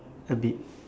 a bit